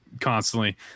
constantly